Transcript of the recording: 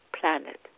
planet